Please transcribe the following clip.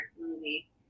movie